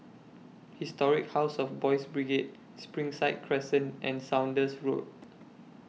Historic House of Boys' Brigade Springside Crescent and Saunders Road